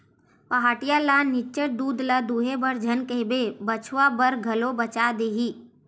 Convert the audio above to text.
पहाटिया ल निच्चट दूद ल दूहे बर झन कहिबे बछवा बर घलो बचा देही